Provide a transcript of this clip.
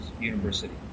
university